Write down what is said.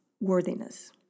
worthiness